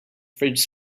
fridge